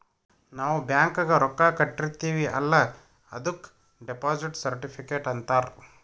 ನಾವ್ ಬ್ಯಾಂಕ್ಗ ರೊಕ್ಕಾ ಕಟ್ಟಿರ್ತಿವಿ ಅಲ್ಲ ಅದುಕ್ ಡೆಪೋಸಿಟ್ ಸರ್ಟಿಫಿಕೇಟ್ ಅಂತಾರ್